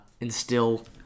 instill